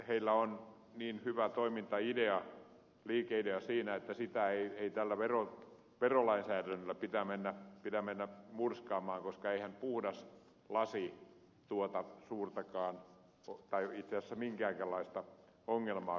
heillä on niin hyvä toimintaidea liikeidea siinä että sitä ei tällä verolainsäädännöllä pidä mennä murskaamaan koska eihän puhtaassa lasissa itse asiassa ole minkäänlaista ongelmaa kun se hyötykäytetään